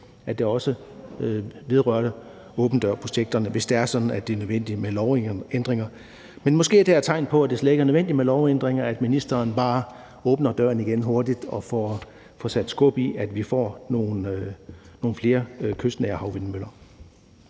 at det også vedrørte åben dør-projekterne, hvis det er sådan, at det er nødvendigt med lovændringer. Men måske er det her et tegn på, at det slet ikke er nødvendigt med lovændringer – at ministeren bare åbner døren igen hurtigt og får sat skub i, at vi får nogle flere kystnære havvindmøller.